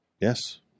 Yes